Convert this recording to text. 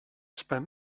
spent